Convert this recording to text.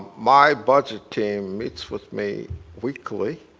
my budget team meets with me weekly,